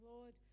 Lord